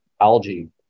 algae